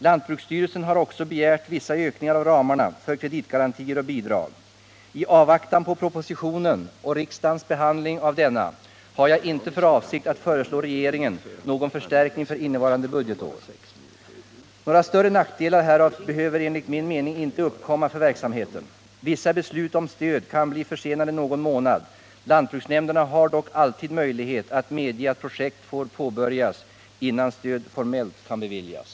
Lantbruksstyrelsen har också begärt vissa ökningar av ramarna för kreditgarantier och bidrag. I avvaktan på propositionen och riksdagens behandling av denna har jag inte för avsikt att föreslå regeringen någon förstärkning för innevarande budgetår. Några större nackdelar härav behöver enligt min mening inte uppkomma för verksamheten. Vissa beslut om stöd kan bli försenade någon månad. Lantbruksnämnderna har dock alltid möjlighet att medge att projekt får påbörjas innan stöd formellt kan beviljas.